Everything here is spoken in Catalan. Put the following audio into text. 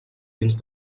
dins